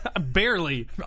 Barely